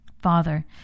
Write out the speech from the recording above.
Father